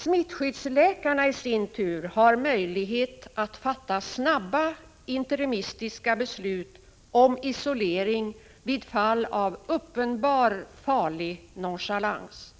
Smittskyddsläkarna i sin tur har möjlighet att fatta snabba interimistiska beslut om isolering vid fall av uppenbar, farlig nonchalans